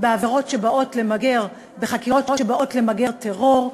על חקירות שבאות למגר טרור,